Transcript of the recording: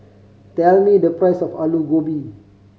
tell me the price of Aloo Gobi